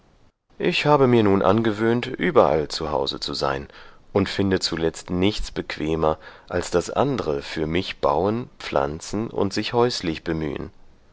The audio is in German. ich habe mir nun angewöhnt überall zu hause zu sein und finde zuletzt nichts bequemer als daß andre für mich bauen pflanzen und sich häuslich bemühen